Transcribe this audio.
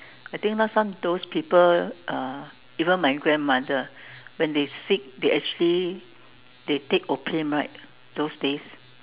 I think last time those people uh even my grandmother when they sick they actually they take opium right those days